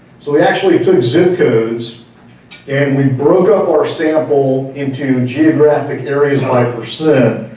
so we actually took zip codes and we broke up our sample into geographical areas by percent.